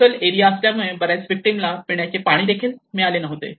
coastal area असल्यामुळे बऱ्याच व्हिक्टीमला पिण्याचे पाणी देखील मिळाले नव्हते